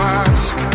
ask